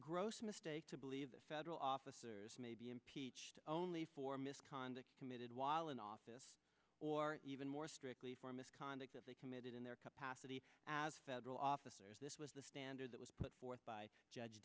gross mistake to believe that federal officers may be impeached only for misconduct committed while in office or even more strictly for misconduct that they committed in their capacity as federal officers this was the standard that was put forth by judge